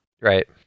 right